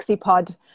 Pod